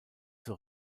zur